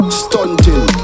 stunting